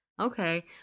Okay